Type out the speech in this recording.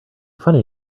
funny